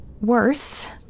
worse